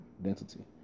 identity